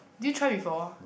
did you try before